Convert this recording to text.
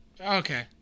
Okay